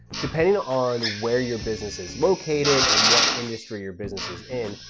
depending ah on where your business is located and what industry your business is in,